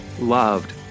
loved